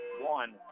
one